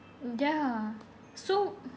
mm ya so